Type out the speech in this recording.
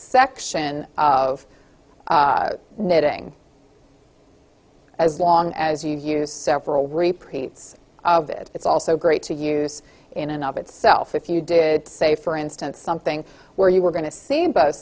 section of knitting as long as you use several repeats of it it's also great to use in and of itself if you did say for instance something where you were going to see both